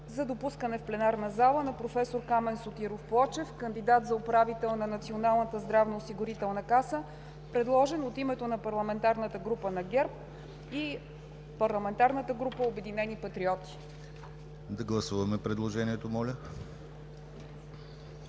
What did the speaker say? за допускане в пленарната зала на професор Камен Сотиров Плочев – кандидат за управител на Националната здравноосигурителна каса, предложен от името на парламентарната група на ГЕРБ и парламентарната група на „Обединени патриоти“. ПРЕДСЕДАТЕЛ ДИМИТЪР ГЛАВЧЕВ: Моля,